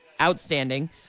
outstanding